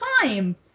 time